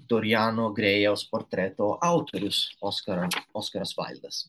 doriano grėjaus portreto autorius oskaras oskaras vaildas